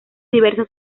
diversos